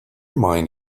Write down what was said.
mind